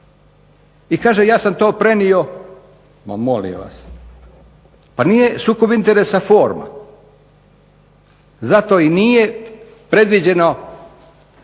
I kaže ja sam to prenio. Ma molim vas, pa nije sukob interesa forma. Zato i nije predviđeno